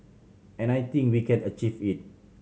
and I think we can achieve it